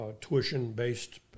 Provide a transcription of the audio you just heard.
tuition-based